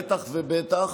בטח ובטח